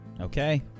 Okay